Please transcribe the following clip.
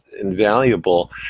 invaluable